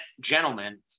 gentleman